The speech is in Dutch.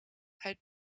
uit